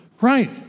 Right